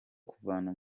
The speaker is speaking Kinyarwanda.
kuvana